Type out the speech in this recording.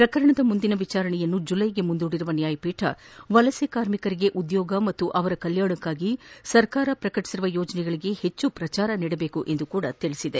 ಪ್ರಕರಣದ ಮುಂದಿನ ವಿಚಾರಣೆಯನ್ನು ಜುಲ್ಲೆಗೆ ಮುಂದೂಡಿರುವ ನ್ಯಾಯಪೀಠ ವಲಸೆ ಕಾರ್ಮಿಕರಿಗೆ ಉದ್ಲೋಗ ಹಾಗೂ ಕಲ್ಲಾಣಕ್ಕಾಗಿ ಸರ್ಕಾರ ಪ್ರಕಟಿಸಿರುವ ಯೋಜನೆಗಳಿಗೆ ಹೆಚ್ಚು ಪ್ರಚಾರ ನೀಡಬೇಕು ಎಂದು ಆದೇಶಿಸಿದೆ